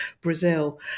Brazil